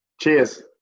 Cheers